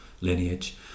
lineage